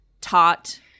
taught